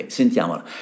sentiamola